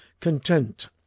content